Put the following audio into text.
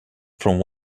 from